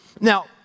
Now